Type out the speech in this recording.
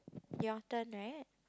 your turn right